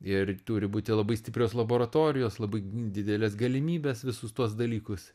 ir turi būti labai stiprios laboratorijos labai didelės galimybės visus tuos dalykus